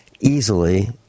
easily